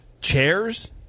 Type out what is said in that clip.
Chairs